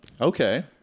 okay